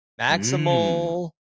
maximal